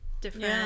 different